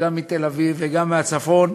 גם מתל-אביב וגם מהצפון,